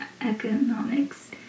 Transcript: economics